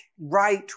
right